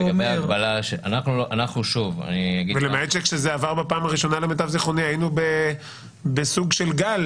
ולמעט שכשזה עבר בפעם הראשונה למיטב זכרוני היינו בסוג של גל